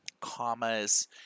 commas